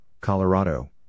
Colorado